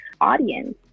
audience